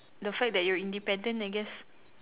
the fact that you're independent I guess